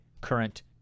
current